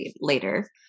later